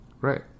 Right